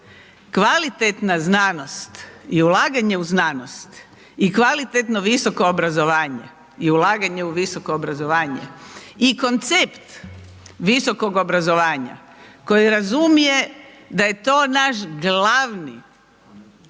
kvalitetna znanost i ulaganje u znanost i kvalitetno visoko obrazovanje i ulaganje u visoko obrazovanje i koncept visokog obrazovanja koji razumije da je to naš glavni instrument